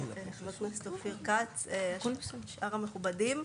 חבר הכנסת אופיר כץ ושאר המכובדים.